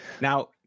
Now